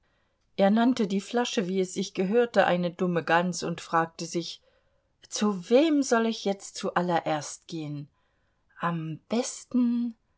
er nannte die flasche wie es sich gehörte eine dumme gans und fragte sich zu wem soll ich jetzt zuallererst gehen am besten